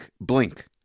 blink